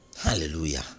Hallelujah